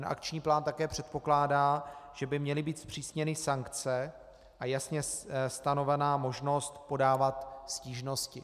Akční plán také předpokládá, že by měly být zpřísněny sankce a jasně stanovena možnost podávat stížnosti.